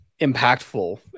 impactful